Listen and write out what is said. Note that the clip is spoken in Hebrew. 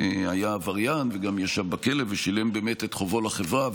היה עבריין וגם ישב בכלא ובאמת שילם את חובו לחברה.